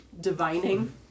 divining